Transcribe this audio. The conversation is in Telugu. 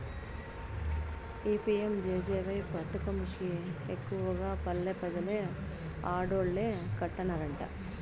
ఈ పి.యం.జె.జె.వై పదకం కి ఎక్కువగా పల్లె పెజలు ఆడోల్లే కట్టన్నారట